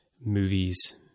movies